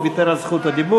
הוא ויתר על זכות הדיבור.